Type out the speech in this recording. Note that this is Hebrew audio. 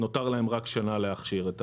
נותר להם רק שנה להכשיר.